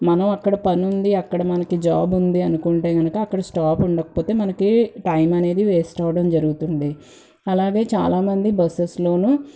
మనం అక్కడ పనుంది మనం అక్కడ జాబుంది అనుకుంటే కనుక అక్కడ స్టాప్ ఉండకపోతే మనకి టైం అనేది వేస్ట్ అవ్వడం జరుగుతుంది అలాగే చాలా మంది బస్సెస్లోనూ